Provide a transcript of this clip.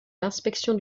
l’inspection